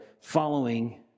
following